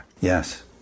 Yes